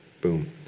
Boom